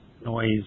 noise